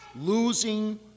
losing